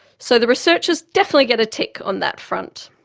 so the researchers definitely get a tick on that front.